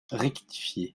rectifié